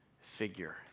figure